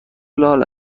لال